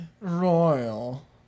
Royal